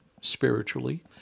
spiritually